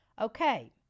Okay